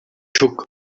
took